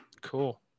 cool